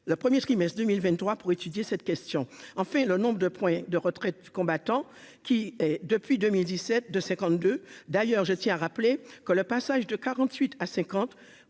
la 1er ce qui Metz 2023 pour étudier cette question, enfin le nombre de points de retraite combattants qui est depuis 2017 de 52 d'ailleurs, je tiens à rappeler que le passage de 48 à 50